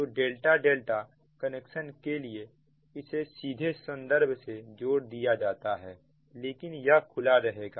तो ∆∆ कनेक्शन के लिए इसे सीधे संदर्भ से जोड़ दिया जाता है लेकिन यह खुला रहेगा